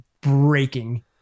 breaking